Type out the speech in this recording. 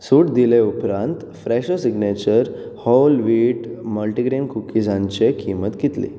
सूट दिले उपरांत Fresho signature whole wheat multi grain कुकिजांचे किंमत कितली